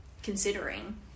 considering